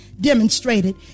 demonstrated